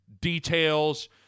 details